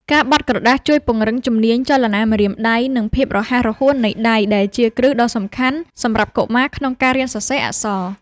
ការបត់ក្រដាសជួយពង្រឹងជំនាញចលនាម្រាមដៃ និងភាពរហ័សរហួននៃដៃ ដែលជាគ្រឹះដ៏សំខាន់សម្រាប់កុមារក្នុងការរៀនសរសេរអក្សរ។